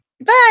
Bye